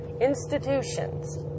Institutions